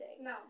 no